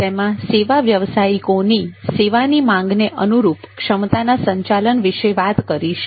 તેમાં સેવા વ્યવસાયિકોની સેવાની માંગને અનુરૂપ ક્ષમતાના સંચાલન વિશે વાત કરીશું